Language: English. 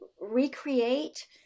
recreate